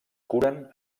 curen